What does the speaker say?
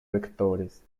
vectores